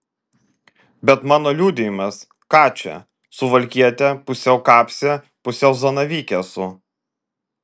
bet mano liudijimas ką čia suvalkietė pusiau kapsė pusiau zanavykė esu